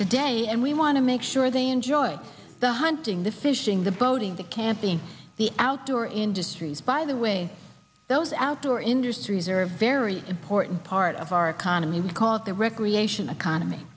today and we want to make sure they enjoy the hunting the fishing the boating the camping the outdoor industries by the way those outdoor industries are very important part of our economy because the recreation economy